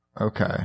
Okay